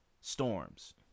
storms